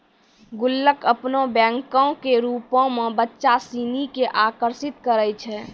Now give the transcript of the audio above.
गुल्लक अपनो बैंको के रुपो मे बच्चा सिनी के आकर्षित करै छै